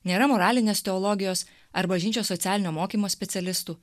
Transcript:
nėra moralinės teologijos ar bažnyčios socialinio mokymo specialistų